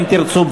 אם תרצו,